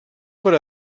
per